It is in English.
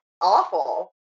awful